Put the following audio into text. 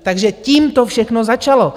Takže tím to všechno začalo.